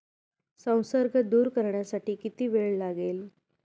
संसर्ग दूर करण्यासाठी किती वेळ लागेल?